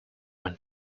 when